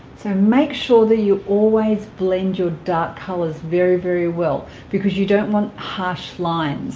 so make sure that you always blend your dark colors very very well because you don't want harsh lines